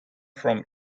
from